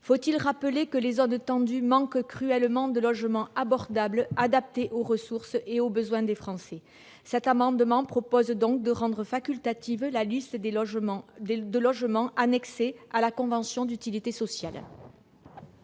Faut-il rappeler que les zones tendues manquent cruellement de logements abordables adaptés aux ressources et aux besoins des Français ? Cet amendement vise à rendre facultative la liste de logements annexée à la convention d'utilité sociale,